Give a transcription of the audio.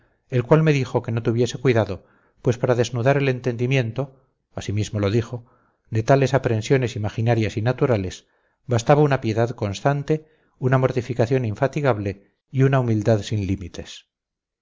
el cual me dijo que no tuviese cuidado pues para desnudar el entendimiento así mismo lo dijo de tales aprensiones imaginarias y naturales bastaba una piedad constante una mortificación infatigable y una humildad sin límites